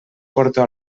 porto